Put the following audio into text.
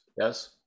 yes